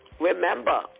Remember